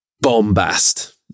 bombast